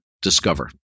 discover